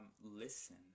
listen